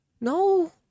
no